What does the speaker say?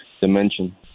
dimension